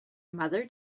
mother